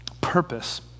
purpose